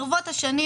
ברבות השנים,